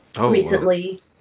recently